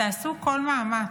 תעשו כל מאמץ.